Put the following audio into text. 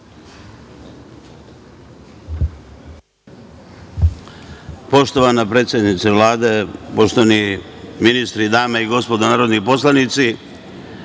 Poštovana predsednice Vlade, poštovani ministri, dame i gospodo narodni poslanici,